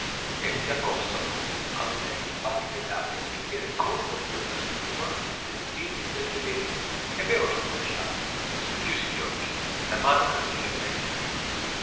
cera esse accostano alle pallide labbra il bicchiere colmo di quello spumante vin delle vene e bevono d'un fiato socchiusi gli occhi la mano che leggermente trema